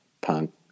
punk